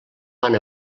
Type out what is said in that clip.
van